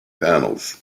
panels